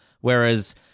Whereas